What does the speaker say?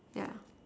yeah